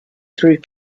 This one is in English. through